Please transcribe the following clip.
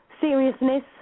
seriousness